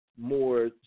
more